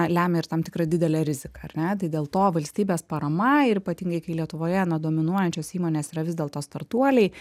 lemia ir tam tikrą didelę riziką ar ne tai dėl to valstybės parama ir ypatingai kai lietuvoje na dominuojančios įmonės yra vis dėlto startuoliai